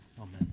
amen